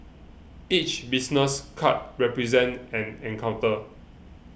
each business card represents an encounter